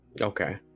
Okay